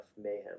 Mayhem